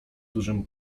dużym